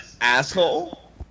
asshole